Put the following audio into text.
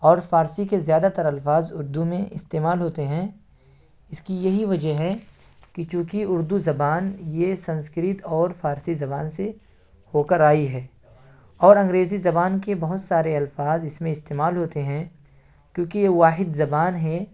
اور فارسی کے زیادہ تر الفاظ اردو میں استعمال ہوتے ہیں اس کی یہی وجہ ہے کہ چوںکہ اردو زبان یہ سنسکرت اور فارسی زبان سے ہو کر آئی ہے اور انگریزی زبان کے بہت سارے الفاظ اس میں استعمال ہوتے ہیں کیونکہ یہ واحد زبان ہے